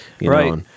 Right